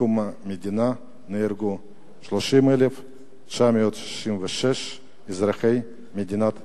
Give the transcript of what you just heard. מקום המדינה נהרגו 30,976 אזרחי מדינת ישראל.